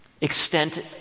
extent